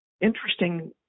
interesting